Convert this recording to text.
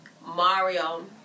Mario